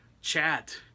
chat